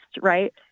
right